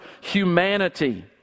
humanity